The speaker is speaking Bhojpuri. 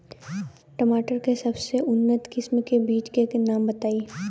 टमाटर के सबसे उन्नत किस्म के बिज के नाम बताई?